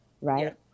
right